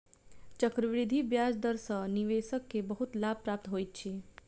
चक्रवृद्धि ब्याज दर सॅ निवेशक के बहुत लाभ प्राप्त होइत अछि